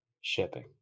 shipping